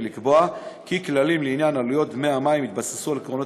ולקבוע כי כללים לעניין עלויות דמי המים יתבססו על עקרונות